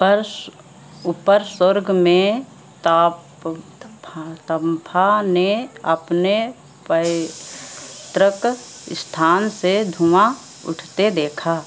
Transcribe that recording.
ऊपर ऊपर स्वर्ग में ताप तम्फा ने अपने पैतृक अस्थान से धुआँ उठते देखा